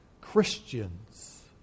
Christians